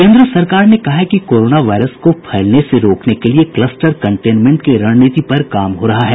केन्द्र सरकार ने कहा है कि कोरोना वायरस को फैलने से रोकने के लिए क्लस्टर कंटेनमेंट की रणनीति पर काम हो रहा है